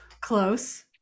close